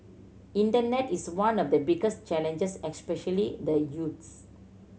internet is one of the biggest challenges especially the youths